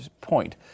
point